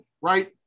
Right